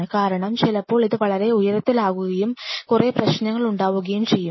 കാരണം ചിലപ്പോൾ ഇത് വളരെ ഉയരത്തിലാക്കുകയും കൊറേ പ്രശ്നങ്ങൾ ഉണ്ടാവുകയും ചെയ്യും